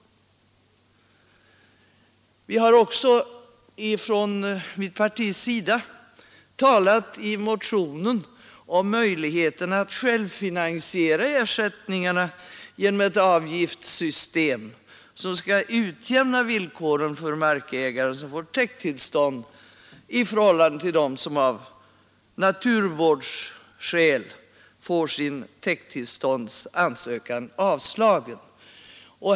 Vi har också från mitt partis sida talat i motionen om möjligheten att självfinansiera ersättningarna genom ett avgiftssystem som skall utjämna villkoren för markägare som får täkttillstånd i förhållande till dem som av naturvårdsskäl får sin täkttillståndsansökan avslagen.